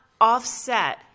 offset